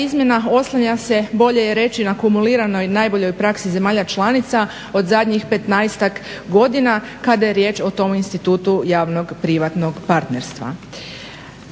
izmjena oslanja se bolje je reći na kumuliranoj najboljoj praksi zemalja članica od zadnjih 15-ak godina kada je riječ o tom institutu javno-privatnog partnerstva.